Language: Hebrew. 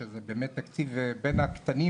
שזה באמת תקציב בין הקטנים